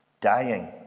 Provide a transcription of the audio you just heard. dying